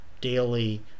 daily